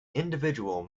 individual